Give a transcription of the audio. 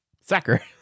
sacker